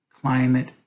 climate